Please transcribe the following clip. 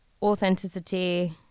Authenticity